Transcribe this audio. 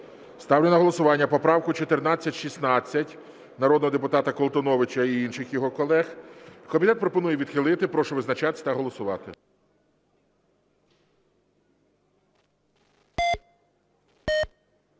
Ставлю на голосування поправку 1416 народного депутата Колтуновича і інших його колег. Комітет пропонує відхилити. Прошу визначатися та голосувати.